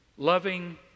loving